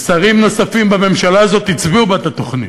ושרים נוספים בממשלה הזאת הצביעו בעד התוכנית.